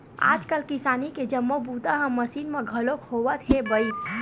आजकाल किसानी के जम्मो बूता ह मसीन म घलोक होवत हे बइर